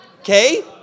Okay